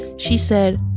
she said,